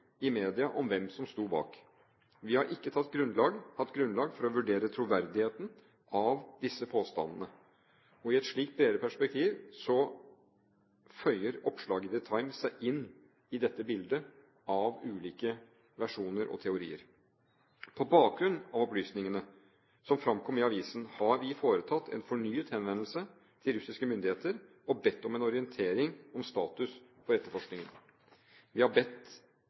i media om hvem som sto bak. Vi har ikke hatt grunnlag for å vurdere troverdigheten i disse påstandene. I et slikt bredere perspektiv føyer oppslaget i The Times seg inn i dette bildet av ulike versjoner og teorier. På bakgrunn av opplysningene som fremkom i avisen, har vi foretatt en fornyet henvendelse til russiske myndigheter og bedt om en orientering om status for etterforskningen. Vi har